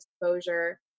exposure